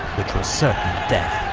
which was certain death.